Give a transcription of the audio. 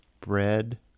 Bread